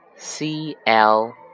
CL